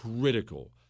critical